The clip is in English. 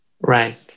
Right